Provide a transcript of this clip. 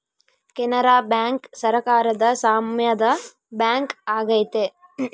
Canara bank ಸರಕಾರದ ಸಾಮ್ಯದ bank ಆಗೈತೆ